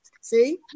See